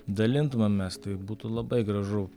dalintumėmės tai būtų labai gražu